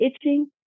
itching